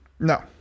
No